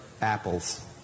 apples